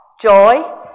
joy